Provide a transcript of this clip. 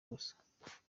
gusa